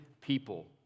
people